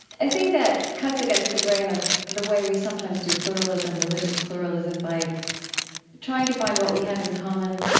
i think that cuts against the grain of the way we sometimes do pluralism, religious pluralism, by trying to find what we have in common.